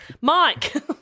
Mike